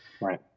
Right